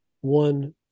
one